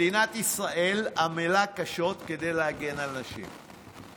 מדינת ישראל עמלה קשות כדי להגן על נשים.